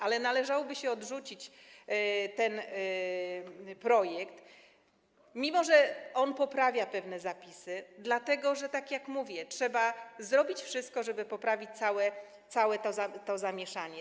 Ale należałoby odrzucić ten projekt, mimo że on poprawia pewne zapisy, dlatego że, tak jak mówię, trzeba zrobić wszystko, żeby poprawić całe to zamieszanie.